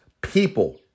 people